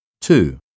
Two